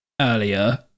earlier